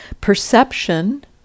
Perception